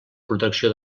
protecció